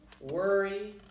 Worry